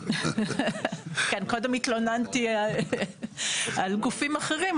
קודם התלוננתי על גופים אחרים,